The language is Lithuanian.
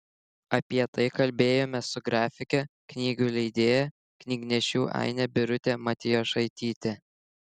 apie tai kalbėjomės su grafike knygų leidėja knygnešių aine birute matijošaityte